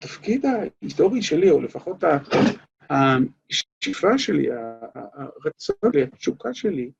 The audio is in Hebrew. התפקיד ההיסטורי שלי, או לפחות השאיפה שלי, הרצון שלי, התשוקה שלי,